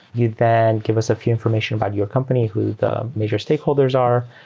you then give us a few information about your company. who the major stakeholders are?